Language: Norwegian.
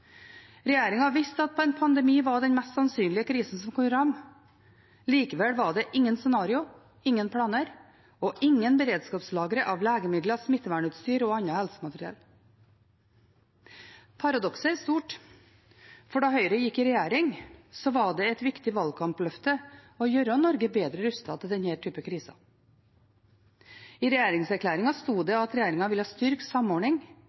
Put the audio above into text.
en pandemi var den mest sannsynlige krisen som kunne ramme. Likevel var det ingen scenario, ingen planer og ingen beredskapslagre av legemidler, smittevernutstyr og annet helsemateriell. Paradokset er stort, for da Høyre gikk i regjering, var det et viktig valgkampløfte å gjøre Norge bedre rustet til denne typen kriser. I regjeringserklæringen sto det at regjeringen ville ha styrket samordning